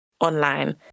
online